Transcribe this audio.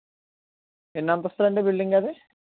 ఎన్ని అంతస్తులు అండి బిల్డింగ్ అది